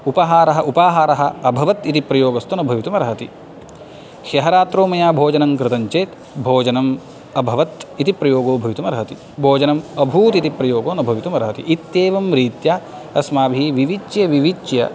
उपहारः उपाहारः अभवत् इति प्रयोवस्तु न भवितुम् अर्हति ह्यः रात्रौ मया भोजनङ्कृतं चेत् भोजनम् अभवत् इति प्रयोगो भवितुम् अर्हति भोजनम् अभूत् इति प्रयोगो न भवितुम् अर्हति इत्येवं रीत्या अस्माभिः विविच्य विविच्य